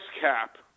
cap